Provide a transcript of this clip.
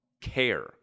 care